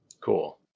Cool